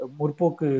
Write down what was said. murpok